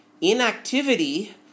inactivity